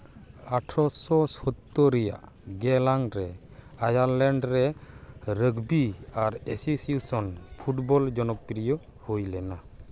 ᱟᱴᱷᱟᱨᱳᱥᱚ ᱥᱳᱛᱛᱚᱨ ᱨᱮᱭᱟᱜ ᱜᱮᱞᱟᱝ ᱨᱮ ᱟᱭᱟᱨᱞᱮᱱᱰ ᱨᱮ ᱨᱟᱜᱽᱵᱤ ᱟᱨ ᱮᱥᱳᱥᱤᱭᱮᱥᱚᱱ ᱯᱷᱩᱴᱵᱚᱞ ᱡᱚᱱᱚᱯᱨᱤᱭᱚ ᱦᱩᱭ ᱞᱮᱱᱟ